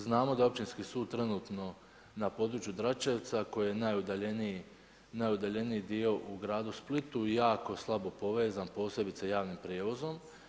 Znamo da je Općinski sud trenutno na području Dračevca koji je najudaljeniji dio u gradu Splitu jako slabo povezan posebice javnim prijevozom.